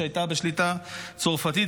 שהייתה בשליטה צרפתית,